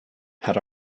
had